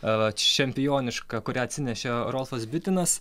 vat čempioniška kurią atsinešė rolfas bitinas